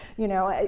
you know, ah